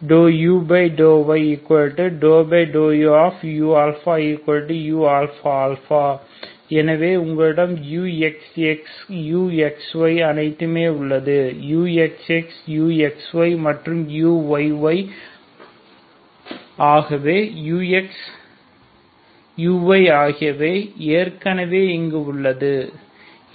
ஆகவே உங்களிடம் uxx uxyஅனைத்துமே உள்ளது uxx uxy மற்றும் uyy ஆகவே ux uy ஆகியவை ஏற்கனவே இங்கு உள்ளது ஆகவே